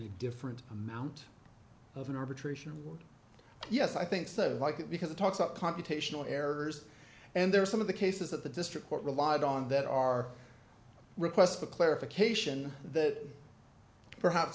a different amount of an arbitration yes i think so like it because it talks about computational errors and there are some of the cases that the district court relied on that our requests for clarification that perhaps